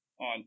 on